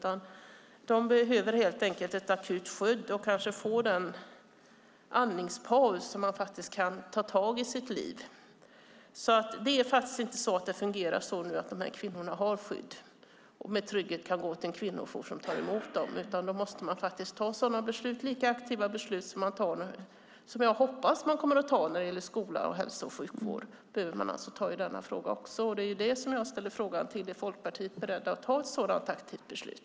De behöver helt enkelt ett akut skydd och kanske en andningspaus så att de kan ta tag i sitt liv. De här kvinnorna har inget skydd som det fungerar i dag. De kan inte med trygghet gå till en kvinnojour som tar emot dem. Om de ska kunna göra det måste man fatta lika aktiva beslut som jag hoppas att man kommer att fatta när det gäller skola och hälso och sjukvård. På samma sätt behöver man fatta beslut i denna fråga. Jag ställer frågan till Folkpartiet: Är Folkpartiet berett att fatta ett sådant aktivt beslut?